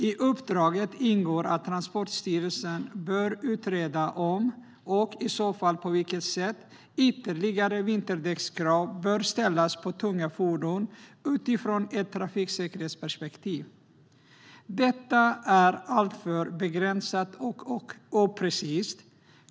I uppdraget ingår att Transportstyrelsen bör utreda om, och i så fall på vilket sätt, ytterligare krav på vinterdäck bör ställas på tunga fordon utifrån ett trafiksäkerhetsperspektiv. Detta är alltför begränsat och oprecist.